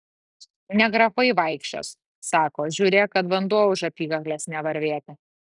ne grafai vaikščios sako žiūrėk kad vanduo už apykaklės nevarvėtų